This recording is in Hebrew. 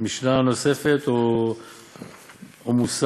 משנה נוספת, או מוסר,